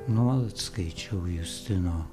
nuolat skaičiau justino